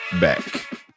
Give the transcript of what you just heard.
back